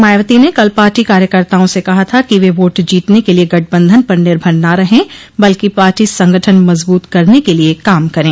मायावती ने कल पार्टी कार्यकर्ताओं से कहा था कि वे वोट जीतने के लिए गठबंधन पर निर्भर न रहे बल्कि पार्टी संगठन मजबूत करने के लिए काम करें